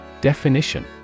Definition